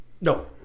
No